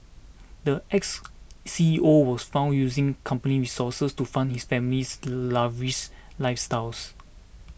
the ex C E O was found using company resources to fund his family's lavish lifestyles